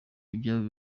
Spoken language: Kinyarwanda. ibyabo